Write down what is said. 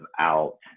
out